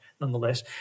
nonetheless